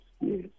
yes